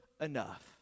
enough